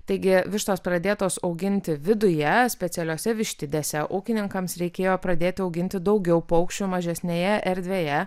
taigi vištos pradėtos auginti viduje specialiose vištidėse ūkininkams reikėjo pradėti auginti daugiau paukščių mažesnėje erdvėje